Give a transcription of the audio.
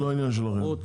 זה לא עניין שלכם.